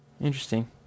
Interesting